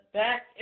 back